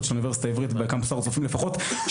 של אוניברסיטה העברית בקמפוס הר הצופים - שרובם